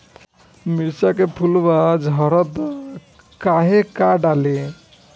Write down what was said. मिरचा के फुलवा झड़ता काहे का डाली?